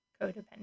codependent